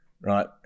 right